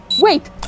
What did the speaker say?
Wait